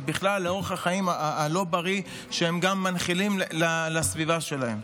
ובכלל זהו אורח חיים לא בריא שהם גם מנחילים לסביבה שלהם.